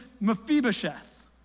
Mephibosheth